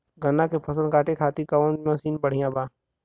गन्ना के फसल कांटे खाती कवन मसीन बढ़ियां बा?